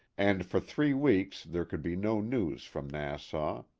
and for three weeks there could be no news from nassau.